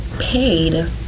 paid